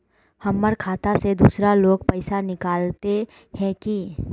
हमर खाता से दूसरा लोग पैसा निकलते है की?